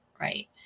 right